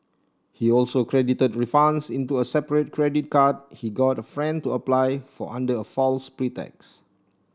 he also credited refunds into a separate credit card he got a friend to apply for under a false pretext